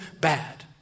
bad